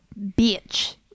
bitch